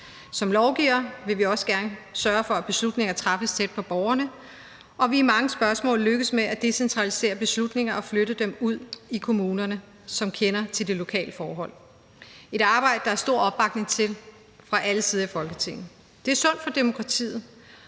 Som lovgivere vil vi også gerne sørge for, at beslutninger træffes tæt på borgerne, og vi er i mange spørgsmål lykkedes med at decentralisere beslutninger og flytte dem ud i kommunerne, som kender til de lokale forhold – et arbejde, der er stor opbakning til fra alle sider i Folketinget. Det er sundt for demokratiet,